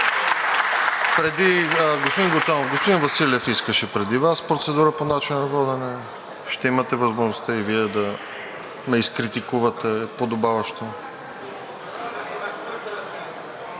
Господин Гуцанов, господин Василев искаше преди Вас процедура по начина на водене. Ще имате възможността и Вие да ме изкритикувате подобаващо.